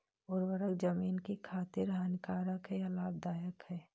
उर्वरक ज़मीन की खातिर हानिकारक है या लाभदायक है?